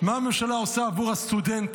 מה הממשלה עושה עבור הסטודנטים?